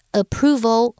approval